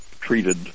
treated